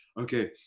okay